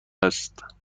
است